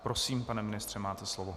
Prosím, pane ministře, máte slovo.